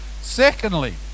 secondly